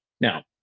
now